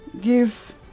give